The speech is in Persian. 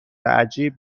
عجیب